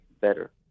better